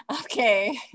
okay